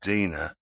Dina